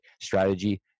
strategy